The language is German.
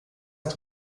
ist